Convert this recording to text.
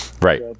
Right